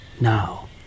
Now